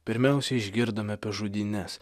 pirmiausia išgirdome apie žudynes